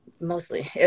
Mostly